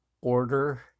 order